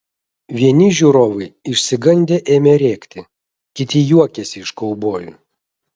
vieni žiūrovai išsigandę ėmė rėkti kiti juokėsi iš kaubojų